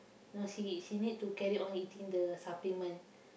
no she she need to carry on eating the supplement